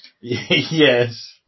Yes